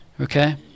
Okay